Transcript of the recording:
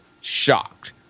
Shocked